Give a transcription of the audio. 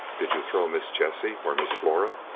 did you throw miss jessie or miss flora?